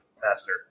faster